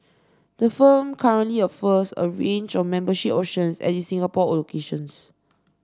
the firm currently offers a range of membership options at its Singapore locations